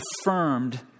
affirmed